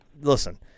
listen